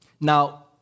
Now